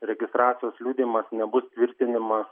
registracijos liudijimas nebus tvirtinimas